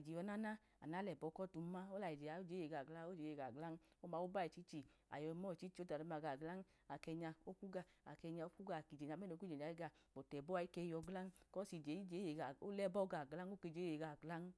ije yọ nana nake lẹbọ kotum ma olẹa ije a ije eye gaọ ga ajiye? Oje eye gaọ glan, ije a ba ayọyi mọ ichi ayọye nọ iluchi oje oda duma gaọ glan, ake nya okwu gaọ ake nya okwi gaọ, akije nya mẹnẹn okewu gaọ bọti ẹbọ a ike yọ glan kọsije ije eye glan, olẹbọ gaọ glan oke je eye gaọ glan.